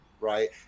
right